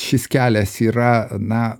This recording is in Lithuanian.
šis kelias yra na